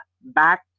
back